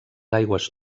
aigües